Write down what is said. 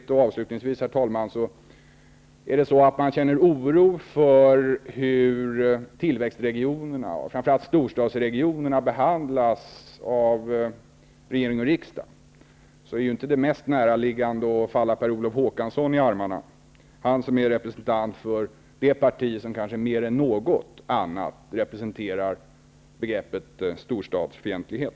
Om det avslutningsvis är så att man känner oro för hur tillväxtregionerna, och framför allt storstadsregionerna, behandlas av regering och riksdag är inte det mest näraliggande att falla Per Olof Håkansson i armarna. Han är representant för det parti som kanske mer än något annat representerar begreppet storstadsfientlighet.